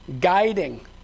guiding